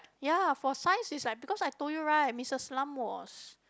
ya for science is like because I told you right Missus Lam was